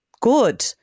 good